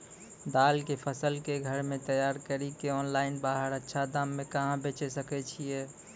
दाल के फसल के घर मे तैयार कड़ी के ऑनलाइन बाहर अच्छा दाम मे कहाँ बेचे सकय छियै?